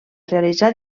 realitzar